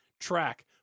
track